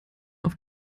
auf